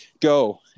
go